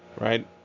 Right